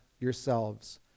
yourselves